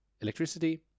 electricity